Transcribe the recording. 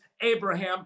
Abraham